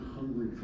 hungry